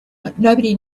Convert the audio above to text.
nobody